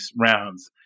rounds